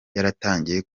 yaratangiye